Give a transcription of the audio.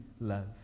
love